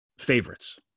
favorites